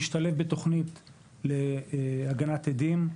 להשתלב בתוכנית להגנת עדים,